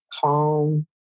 calm